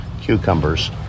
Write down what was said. cucumbers